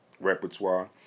repertoire